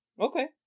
Okay